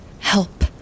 Help